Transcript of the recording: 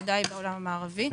ודאי בעולם המערבי.